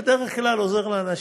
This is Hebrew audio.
והוא בדרך כלל עוזר לאנשים,